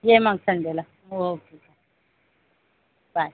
ये मग संडेला ओके बाय